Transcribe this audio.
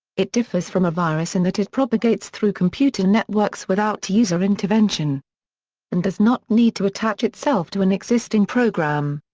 it differs from a virus in that it propagates through computer networks without user intervention and does not need to attach itself to an existing program.